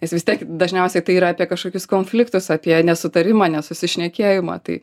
nes vis tiek dažniausiai tai yra apie kažkokius konfliktus apie nesutarimą nesusišnekėjimą tai